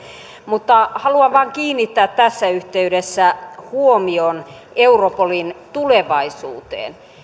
mutta haluan vain kiinnittää tässä yhteydessä huomion europolin tulevaisuuteen